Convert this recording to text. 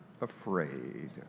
afraid